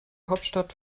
hauptstadt